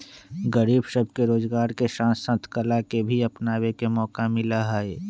गरीब सब के रोजगार के साथ साथ कला के भी अपनावे के मौका मिला हई